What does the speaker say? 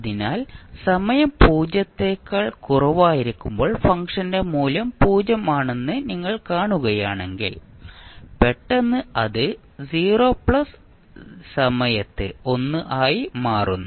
അതിനാൽ സമയം പൂജ്യത്തേക്കാൾ കുറവായിരിക്കുമ്പോൾ ഫംഗ്ഷൻ മൂല്യം 0 ആണെന്ന് നിങ്ങൾ കാണുകയാണെങ്കിൽ പെട്ടെന്ന് അത് 0 സമയത്ത് 1 ആയി മാറുന്നു